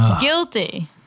Guilty